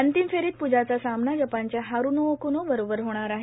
अंतिम फेरीत प्जाचा सामना जपानच्या हारुनो ओकूनो बरोबर होणार आहे